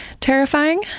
terrifying